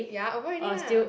ya over already ah